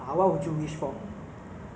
basically ah 就是